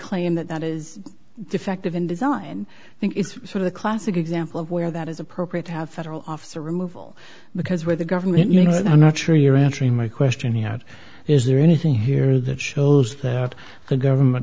claim that that is defective in design i think it's sort of a classic example of where that is appropriate to have federal officer removal because we're the government you know that i'm not sure you're answering my question he out is there anything here that shows that the government